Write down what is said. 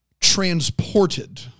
transported